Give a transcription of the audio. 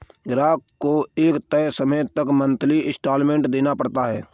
ग्राहक को एक तय समय तक मंथली इंस्टॉल्मेंट देना पड़ता है